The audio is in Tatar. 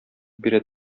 бирә